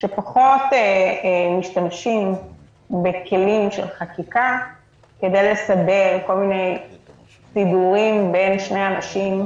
שפחות משתמשים בכלים של חקיקה כדי לסדר כל מיני סידורים בין שני אנשים,